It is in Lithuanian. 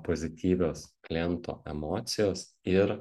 pozityvios kliento emocijos ir